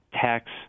tax